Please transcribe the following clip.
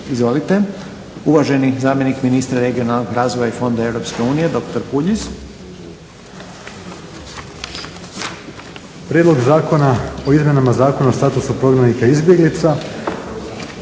Izvolite, uvaženi zamjenik ministra regionalnog razvoja i fonda EU doktor Puljiz. **Puljiz, Jakša** Prijedlog zakona o izmjenama zakona o statusu poganina i izbjeglica.